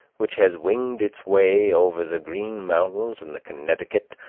which has winged its way over the green mountains and the connecticut,